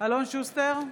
אלון שוסטר,